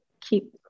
keep